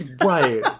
right